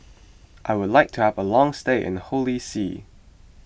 I would like to have a long stay in Holy See